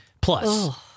Plus